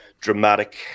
dramatic